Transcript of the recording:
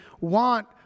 want